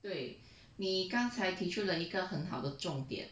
对你刚才提出了一个很好的重点